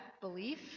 belief